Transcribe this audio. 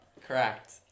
correct